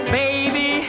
baby